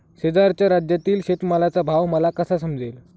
शेजारच्या राज्यातील शेतमालाचा भाव मला कसा समजेल?